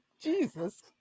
Jesus